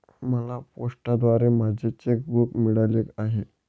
मला पोस्टाद्वारे माझे चेक बूक मिळाले आहे